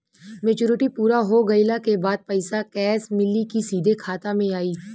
Maturity पूरा हो गइला के बाद पईसा कैश मिली की सीधे खाता में आई?